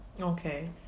okay